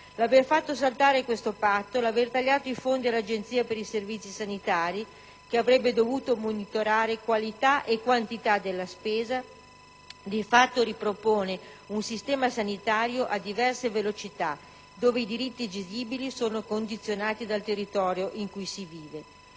L'aver fatto saltare tale Patto, l'aver tagliato i fondi all'Agenzia per i servizi sanitari, che avrebbe dovuto monitorare qualità e quantità della spesa, di fatto ripropone un sistema sanitario a diverse velocità, dove i diritti esigibili sono condizionati dal territorio in cui si vive.